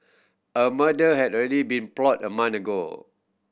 a mother had already been plot a month ago